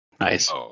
Nice